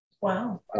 Wow